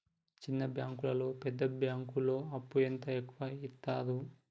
చిన్న బ్యాంకులలో పెద్ద బ్యాంకులో అప్పు ఎంత ఎక్కువ యిత్తరు?